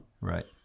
Right